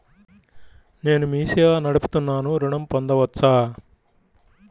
నేను మీ సేవా నడుపుతున్నాను ఋణం పొందవచ్చా?